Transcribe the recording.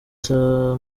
saa